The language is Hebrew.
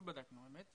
לא בדקנו, האמת.